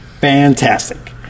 Fantastic